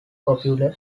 popular